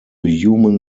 human